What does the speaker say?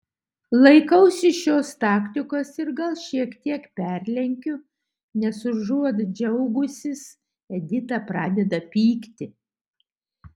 laikausi šios taktikos ir gal šiek tiek perlenkiu nes užuot džiaugusis edita pradeda pykti